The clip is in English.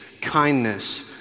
kindness